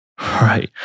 Right